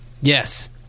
Yes